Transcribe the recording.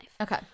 okay